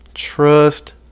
Trust